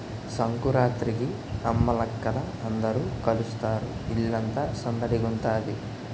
సంకురాత్రికి అమ్మలక్కల అందరూ కలుస్తారు ఇల్లంతా సందడిగుంతాది